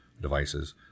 devices